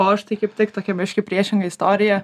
o aš tai kaip tik tokia biškį priešinga istorija